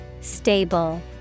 Stable